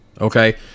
Okay